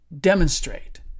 demonstrate